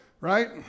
right